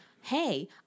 hey